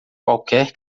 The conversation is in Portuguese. qualquer